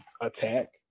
attack